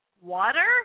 Water